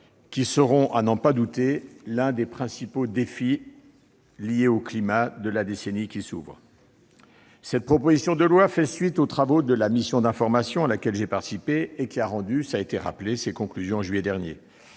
seront, à n'en pas douter, l'un des principaux défis liés au climat de la décennie qui s'ouvre. Cette proposition de loi fait suite aux travaux de la mission d'information, à laquelle j'ai participé, qui a rendu ses conclusions en juillet dernier.